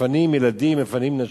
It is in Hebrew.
מפנים ילדים, מפנים נשים,